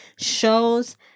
shows